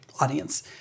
audience